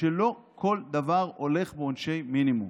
שלא כל דבר הולך בעונשי מינימום.